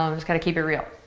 um just got to keep it real.